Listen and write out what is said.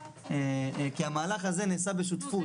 כי המהלך הזה נעשה בשותפות.